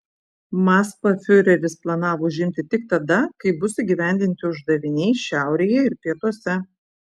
maskvą fiureris planavo užimti tik tada kai bus įgyvendinti uždaviniai šiaurėje ir pietuose